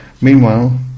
Meanwhile